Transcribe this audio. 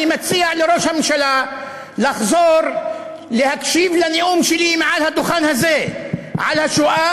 אני מציע לראש הממשלה לחזור ולהקשיב לנאום שלי מעל הדוכן הזה על השואה,